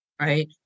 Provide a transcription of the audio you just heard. right